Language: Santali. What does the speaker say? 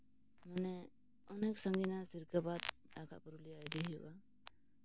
ᱢᱟᱱᱮ ᱚᱱᱮᱠ ᱥᱟᱺᱜᱤᱧᱟ ᱥᱤᱨᱠᱟᱵᱟᱫᱽ ᱵᱟᱠᱷᱟᱡ ᱯᱩᱨᱩᱞᱤᱭᱟ ᱤᱫᱤᱭᱮ ᱦᱩᱭᱩᱜᱼᱟ